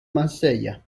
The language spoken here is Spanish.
marsella